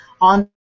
on